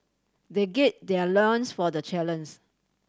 they their loins for the challens